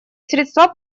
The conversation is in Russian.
средства